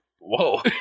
Whoa